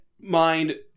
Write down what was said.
mind